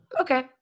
Okay